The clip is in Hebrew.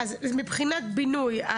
מבחינת בינוי,